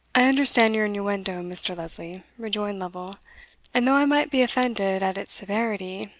i understand your innuendo, mr. lesley, rejoined lovel and though i might be offended at its severity,